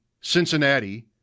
Cincinnati